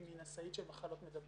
אם היא נשאית של מחלות מדבקות,